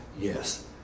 Yes